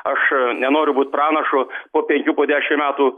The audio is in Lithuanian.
aš nenoriu būt pranašu po penkių po dešimt metų